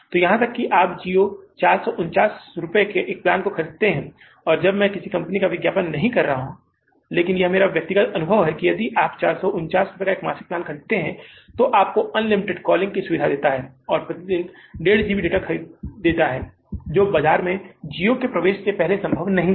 तो यहां तक कि आप Jio 449 रुपये का एक प्लान खरीदते हैं और मैं किसी कंपनी के लिए विज्ञापन नहीं कर रहा हूं लेकिन यह मेरा व्यक्तिगत अनुभव है कि यदि आप 449 रुपये का मासिक प्लान खरीदते हैं जो आपको अनलिमिटेड कॉलिंग की सुविधा देता है और प्रति दिन 15 जीबी डेटा खरीदता है जो बाजार में Jio के प्रवेश से पहले संभव नहीं था